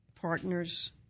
partners